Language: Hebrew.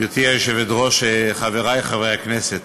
גברתי היושבת-ראש, חברי חברי הכנסת,